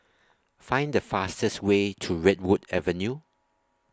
Find The fastest Way to Redwood Avenue